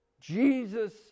Jesus